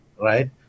right